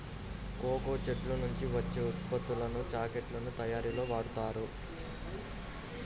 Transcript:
cocoa చెట్ల నుంచి వచ్చే ఉత్పత్తులను చాక్లెట్ల తయారీలో వాడుతారు